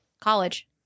college